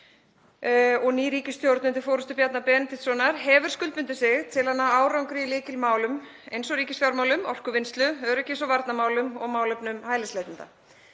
ný ríkisstjórn undir forystu Bjarna Benediktssonar, hefur skuldbundið sig til að ná árangri í lykilmálum eins og ríkisfjármálum, orkuvinnslu, öryggis- og varnarmálum og málefnum hælisleitenda.